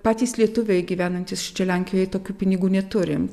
patys lietuviai gyvenantys čia lenkijoj tokių pinigų neturim